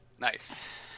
nice